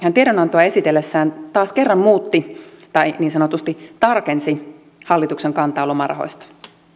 hän tiedonantoa esitellessään taas kerran muutti tai niin sanotusti tarkensi hallituksen kantaa lomarahoista